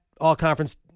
all-conference